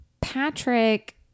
Patrick